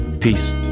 Peace